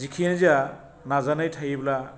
जिखियानो जा नाजानाय थायोब्ला